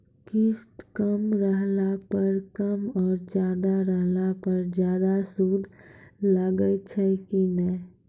किस्त कम रहला पर कम और ज्यादा रहला पर ज्यादा सूद लागै छै कि नैय?